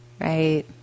right